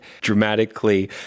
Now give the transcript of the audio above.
dramatically